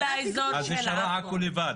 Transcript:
אז נשארה עכו לבד,